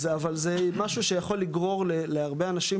אבל זה משהו שיכול לגרור להרבה אנשים,